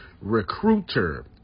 Recruiter